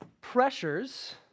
pressures